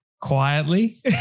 quietly